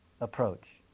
approach